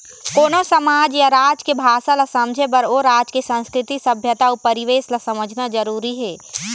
कोनो समाज या राज के भासा ल समझे बर ओ राज के संस्कृति, सभ्यता अउ परिवेस ल समझना जरुरी हे